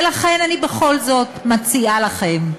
ולכן אני בכל זאת מציעה לכם: